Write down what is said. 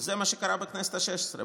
זה מה שקרה בכנסת השש-עשרה.